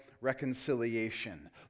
reconciliation